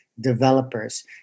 developers